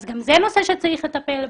אז גם זה נושא שצריך לטפל בו.